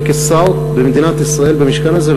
וכשר במדינת ישראל במשכן הזה.